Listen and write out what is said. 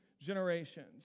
generations